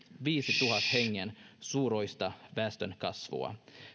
viidentuhannen hengen suuruista väestönkasvua